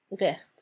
recht